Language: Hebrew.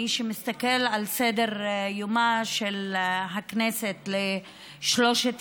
מי שמסתכל על סדר-יומה של הכנסת לשלושת